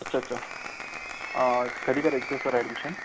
अच्छा अच्छा कधी करायचं सर ॲडमिशन